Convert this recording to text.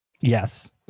Yes